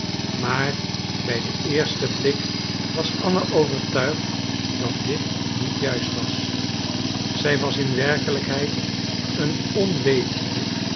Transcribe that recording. maar bij den eersten blik was anna overtuigd dat dit niet juist was zij was in werkelijkheid een onwetende